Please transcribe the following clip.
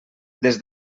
des